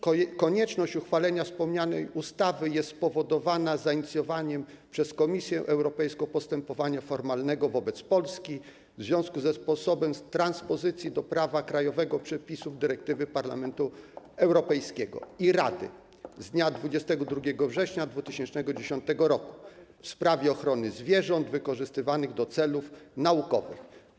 Konieczność uchwalenia wspomnianej ustawy jest spowodowana zainicjowaniem przez Komisję Europejską postępowania formalnego wobec Polski w związku ze sposobem transpozycji do prawa krajowego przepisów dyrektywy Parlamentu Europejskiego i Rady z dnia 22 września 2010 r. w sprawie ochrony zwierząt wykorzystywanych do celów naukowych.